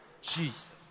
Jesus